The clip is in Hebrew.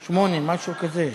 שמונה, משהו כזה.